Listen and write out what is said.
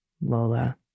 Lola